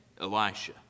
Elisha